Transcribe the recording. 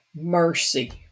Mercy